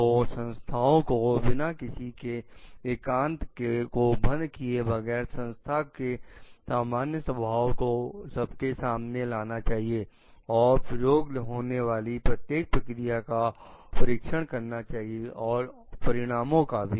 तो संस्थाओं को बिना किसी के एकांत को भंग किए बगैर समस्या के सामान्य स्वभाव को सबके सामने लाना चाहिए और प्रयोग होने वाली प्रत्येक प्रक्रिया का परीक्षण करना चाहिए और परिणामोंका भी